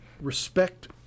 respect